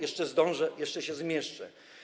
Jeszcze zdążę, jeszcze się zmieszczę.